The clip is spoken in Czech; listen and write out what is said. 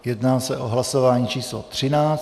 Jedná se o hlasování číslo 13.